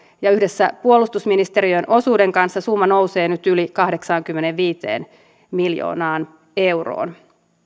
ja yhdessä puolustusministeriön osuuden kanssa summa nousee nyt yli kahdeksaankymmeneenviiteen miljoonaan euroon